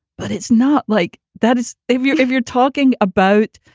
but it's not like that is if you're if you're talking about.